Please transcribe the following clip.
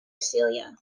celia